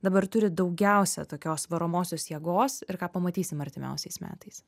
dabar turi daugiausia tokios varomosios jėgos ir ką pamatysim artimiausiais metais